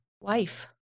wife